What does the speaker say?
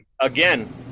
Again